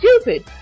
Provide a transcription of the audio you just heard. stupid